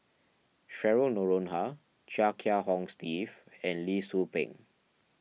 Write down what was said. Cheryl Noronha Chia Kiah Hong Steve and Lee Tzu Pheng